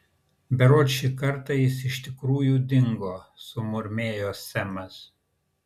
berods šį kartą jis iš tikrųjų dingo sumurmėjo semas